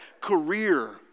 career